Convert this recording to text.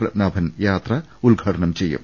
പത്മനാഭൻ യാത്ര ഉദ്ഘാടനം ചെയ്യും